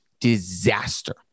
disaster